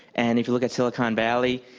and if you look at silicon valley,